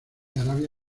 arabia